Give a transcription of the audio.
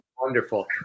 wonderful